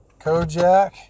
Kojak